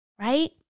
Right